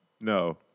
No